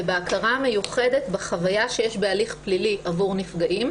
וההכרה המיוחדת בחוויה שיש בהליך פלילי עבור נפגעים.